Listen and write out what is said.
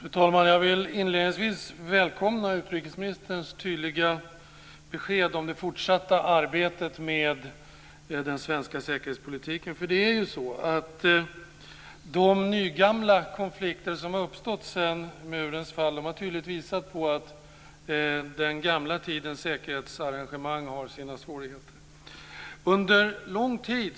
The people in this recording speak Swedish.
Fru talman! Jag vill inledningsvis välkomna utrikesministerns tydliga besked om det fortsatta arbete med den svenska säkerhetspolitiken. De nygamla konflikter som har uppstått efter murens fall har tydligt visat att den gamla tidens säkerhetsarrangemang har sina svårigheter. Under lång tid